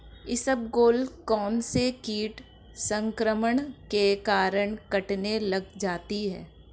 इसबगोल कौनसे कीट संक्रमण के कारण कटने लग जाती है?